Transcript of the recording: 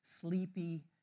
sleepy